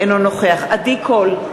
אינו נוכח עדי קול,